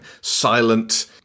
Silent